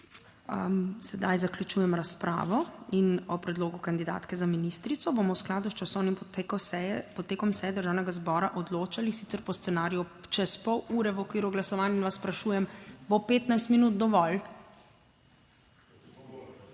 Sedaj zaključujem razpravo in o predlogu kandidatke za ministrico bomo v skladu s časovnim potekom seje Državnega zbora odločali sicer po scenariju čez pol ure v okviru glasovanj in vas sprašujem, bo 15 minut dovolj?